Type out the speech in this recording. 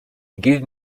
give